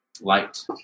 light